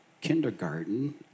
kindergarten